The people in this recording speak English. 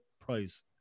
prize